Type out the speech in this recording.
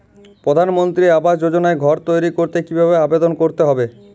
প্রধানমন্ত্রী আবাস যোজনায় ঘর তৈরি করতে কিভাবে আবেদন করতে হবে?